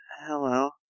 Hello